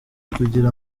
kugira